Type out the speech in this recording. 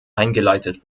eingeleitet